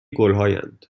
گلهایند